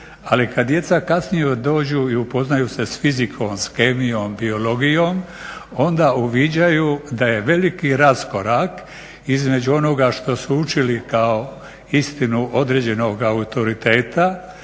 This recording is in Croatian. ali kad djeca kasnije dođu i upoznaju se s fizikom, s kemijom, biologijom onda uviđaju da je veliki raskorak između onoga što su učili kao istinu određenog autoriteta